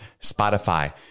Spotify